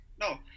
No